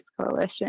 Coalition